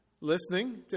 Listening